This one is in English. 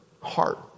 heart